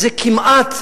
זה כמעט,